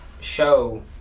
show